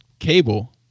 cable